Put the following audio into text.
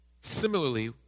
Similarly